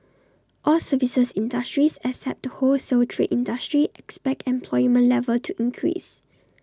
all services industries except the wholesale trade industry expect employment level to increase